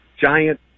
giant